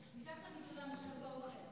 רגע,